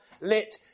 lit